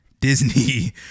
disney